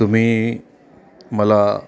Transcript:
तुम्ही मला